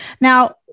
Now